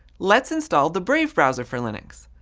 let's install the brave browser for linux.